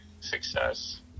success